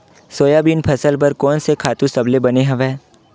Soybean फसल बर कोन से खातु सबले बने हवय?